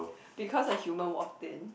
because a human walked in